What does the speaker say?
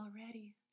already